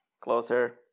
Closer